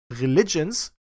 Religions